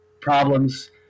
problems